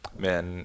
men